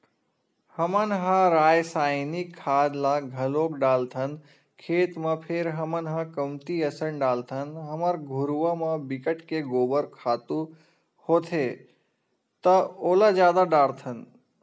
हमन ह रायसायनिक खाद ल घलोक डालथन खेत म फेर हमन ह कमती असन डालथन हमर घुरूवा म बिकट के गोबर खातू होथे त ओला जादा डारथन